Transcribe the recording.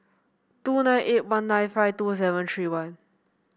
two nine eight one nine five two seven three one